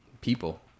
People